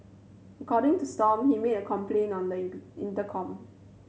according to Stomp he made a complaint on the in intercom